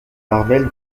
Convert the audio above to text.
marvel